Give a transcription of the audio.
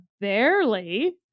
barely